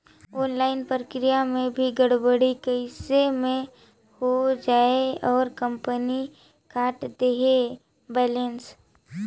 Online प्रक्रिया मे भी गड़बड़ी कइसे मे हो जायेल और कंपनी काट देहेल बैलेंस?